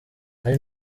ari